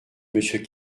monsieur